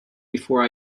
before